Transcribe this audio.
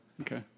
Okay